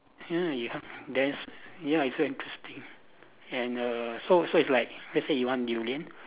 ya you have then ya it's very interesting and err so so it's like let's say you want durian